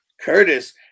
Curtis